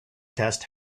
test